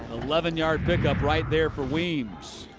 eleven yard pick-upright there for weans.